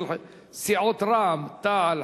של סיעות רע"ם-תע"ל,